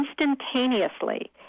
instantaneously